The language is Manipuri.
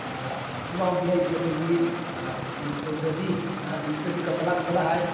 ꯄꯨꯛꯂꯥꯎꯕꯤ ꯍꯥꯏꯁꯦ ꯑꯩꯈꯣꯏꯒꯤ ꯃꯅꯤꯄꯨꯔꯗꯗꯤ ꯏꯪꯂꯤꯁꯇꯗꯤ ꯀꯇꯂꯥ ꯀꯇꯂꯥ ꯍꯥꯏ